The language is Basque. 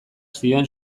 zioen